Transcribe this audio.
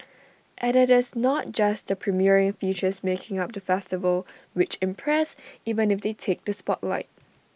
and IT is not just the premiering features making up the festival which impress even if they take the spotlight